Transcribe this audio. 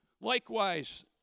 Likewise